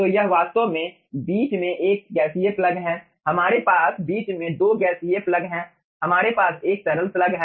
तो यह वास्तव में बीच में एक गैसीय प्लग है हमारे पास बीच में दो गैसीय प्लग है हमारे पास एक तरल स्लग है